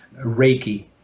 Reiki